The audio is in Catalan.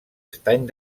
estany